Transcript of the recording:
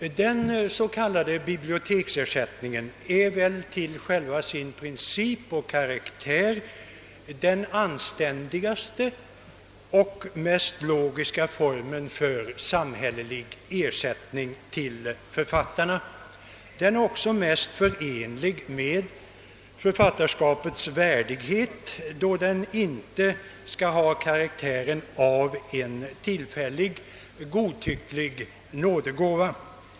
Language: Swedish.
Den s.k. biblioteksersättningen är väl till själva sin princip och karaktär den anständigaste och mest logiska formen för samhällelig ersättning till författarna. Den är också mest förenlig med författarskapets värdighet, då den inte skall ha karaktären av en tillfällig, godtycklig nådegåva.